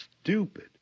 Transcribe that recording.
stupid